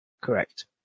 correct